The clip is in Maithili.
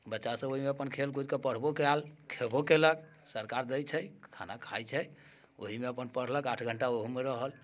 बच्चासभ ओहिमे खेलकूदके अपन पढ़बो कयल खेबो कयलक सरकार दैत छै खाना खाइत छै ओहीमे अपन पढ़लक आठ घण्टा ओहूमे रहल